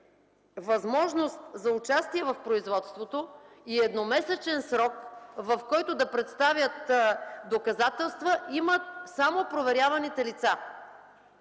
възможност за участие в производството и едномесечен срок, в който да представят доказателства, имат само проверяваните лица.